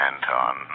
Anton